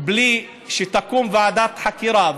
בלי שתוקם ועדת חקירה,